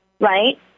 right